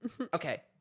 Okay